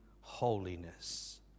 holiness